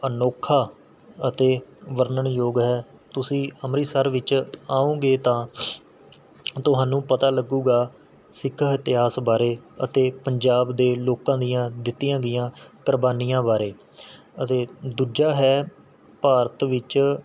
ਅਨੌਖਾ ਅਤੇ ਵਰਣਨ ਯੋਗ ਹੈ ਤੁਸੀਂ ਅੰਮ੍ਰਿਤਸਰ ਵਿੱਚ ਆਓਗੇ ਤਾਂ ਤੁਹਾਨੂੰ ਪਤਾ ਲੱਗੂਗਾ ਸਿੱਖ ਇਤਿਹਾਸ ਬਾਰੇ ਅਤੇ ਪੰਜਾਬ ਦੇ ਲੋਕਾਂ ਦੀਆਂ ਦਿੱਤੀਆਂ ਗਈਆਂ ਕੁਰਬਾਨੀਆਂ ਬਾਰੇ ਅਤੇ ਦੂਜਾ ਹੈ ਭਾਰਤ ਵਿੱਚ